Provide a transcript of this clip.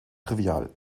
trivial